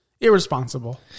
Irresponsible